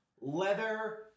leather